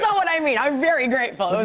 so what i mean. i'm very grateful. it was